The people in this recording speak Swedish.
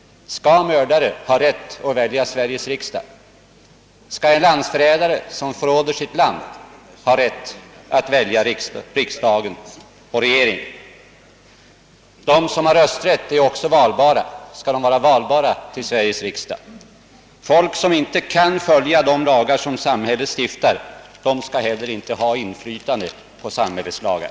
Skall mördare ha rätt att välja Sveriges riksdag? Skall en landsförrädare ha rätt att välja riksdag och regering? De som har rösträtt är också valbara. Skall sådana människor vara valbara till Sveriges riksdag? Människor som inte kan följa de lagar som samhället stiftar skall heller inte ha något inflytande på samhällets lagar.